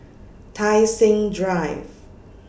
Tai Seng Drive